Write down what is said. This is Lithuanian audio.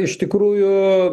iš tikrųjų